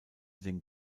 den